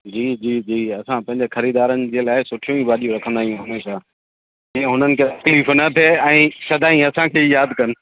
जी जी जी असां पंहिंजे ख़रीदारनि जे लाइ सुठियूं ई भाॼियूं रखंदा आहियूं हमेशा जीअं उन्हनि खे तकलीफ़ु न थिए ऐं सदाईं असांखे ई यादि कनि